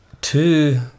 two